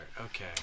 Okay